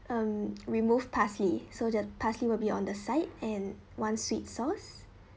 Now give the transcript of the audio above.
um remove parsley so the parsley will be on the side and one sweet sauce